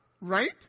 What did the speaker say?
right